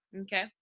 Okay